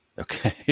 Okay